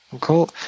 Cool